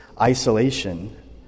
isolation